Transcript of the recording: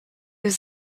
was